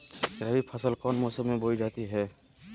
रबी फसल कौन मौसम में बोई जाती है?